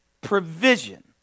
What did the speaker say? provision